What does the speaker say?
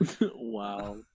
Wow